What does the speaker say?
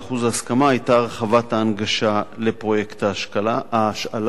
ההסכמה היתה הרחבת ההנגשה לפרויקט ההשאלה,